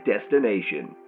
destination